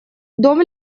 дом